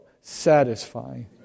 satisfying